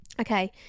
Okay